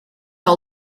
all